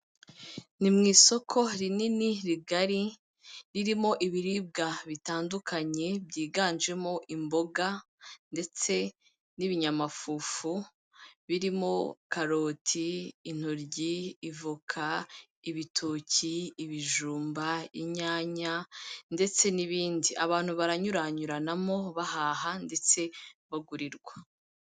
Ni mu isoko rinini rigari ririmo ibiribwa bitandukanye, byiganjemo imboga ndetse n'ibinyamafufu, birimo karoti, intoryi, ivoka, ibitoki, ibijumba, inyanya ndetse n'ibindi... Abantu baranyuranyuranamo bahaha ndetse bagurirwa.